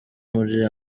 muri